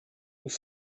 nous